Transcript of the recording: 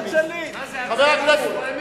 הבית הזה, אדוני היושב-ראש.